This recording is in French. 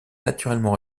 naturellement